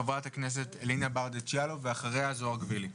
חברת הכנסת אלינה ברדץ' יאלוב, ואחריה זוהר גבילי.